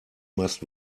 must